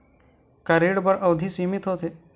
का ऋण बर अवधि सीमित होथे?